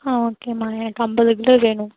ஆ ஓகேம்மா எனக்கு ஐம்பது கிலோ வேணும்